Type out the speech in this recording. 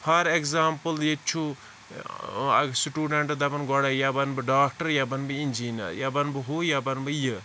for example ییٚتہِ چھُ student دَپان گوٚڈے یا بَنہٕ بہٕ ڈاکٹَر یا بَنہٕ بہٕ اِنجینِیَر یا بَنہٕ بہٕ ہُہ یا بَنہٕ بہٕ یہٕ